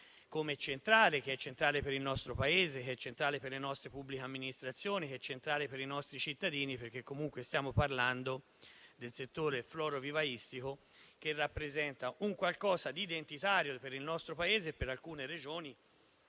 come centrale e che è centrale per il nostro Paese, è centrale per le nostre pubbliche amministrazioni, è centrale per i nostri cittadini. Stiamo comunque parlando del settore florovivaistico, che rappresenta un elemento identitario per il nostro Paese e per alcune Regioni,